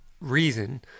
reason